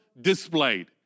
displayed